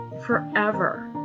forever